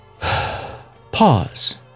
pause